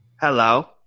Hello